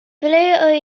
ble